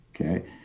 okay